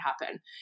happen